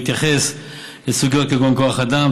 בהתייחס לסוגיות כגון כוח אדם,